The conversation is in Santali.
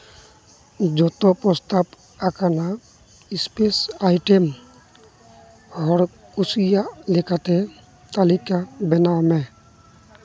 ᱡᱚᱛᱚ ᱯᱨᱚᱥᱛᱟᱵ ᱟᱠᱟᱱᱟ ᱥᱯᱟᱭᱥᱮᱥ ᱟᱭᱴᱮᱢ ᱦᱚᱲ ᱠᱩᱥᱤᱭᱟᱜ ᱞᱮᱠᱟᱛᱮ ᱛᱟᱹᱞᱤᱠᱟ ᱵᱮᱱᱟᱣ ᱢᱮ